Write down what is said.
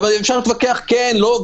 אפשר להתווכח אם כן או לא,